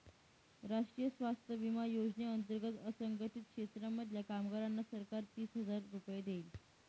राष्ट्रीय स्वास्थ्य विमा योजने अंतर्गत असंघटित क्षेत्रांमधल्या कामगारांना सरकार तीस हजार रुपये देईल